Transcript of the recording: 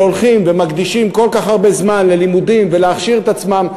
שהולכים ומקדישים כל כך הרבה זמן ללימודים ולהכשיר את עצמם,